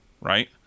right